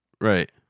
Right